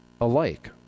alike